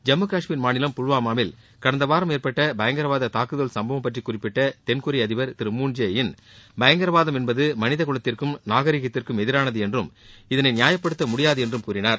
ஜம்மு காஷ்மீர் மாநிலம் புல்வாமாவில் கடந்த வாரம் ஏற்பட்ட பயங்கரவாத தாக்குதல் சம்பவம் பற்றி குறிப்பிட்ட தென்கொரிய அதிபர் திரு மூன் ஜே இன் பயங்கரவாதம் என்பது மனித குலத்திற்கும் நாகரீகத்திற்கும் எதிரானது என்றும் இதனை நியாயப்படுத்த முடியாது என்றும் கூறினார்